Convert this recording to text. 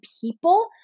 people